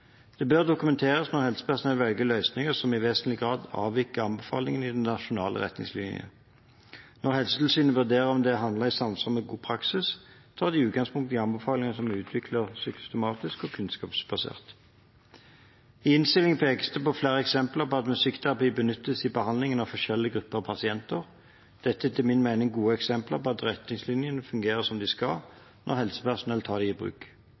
Det bør dokumenteres når helsepersonell velger løsninger som i vesentlig grad avviker fra anbefalingene i den nasjonale retningslinjen. Når Helsetilsynet vurderer om det er handlet i samsvar med god praksis, tar de utgangspunkt i anbefalingene som er utviklet systematisk og kunnskapsbasert. I innstillingen pekes det på flere eksempler på at musikkterapi benyttes i behandlingen av forskjellige grupper pasienter. Dette er etter min mening gode eksempler på at retningslinjene fungerer som de skal når helsepersonell tar dem i bruk.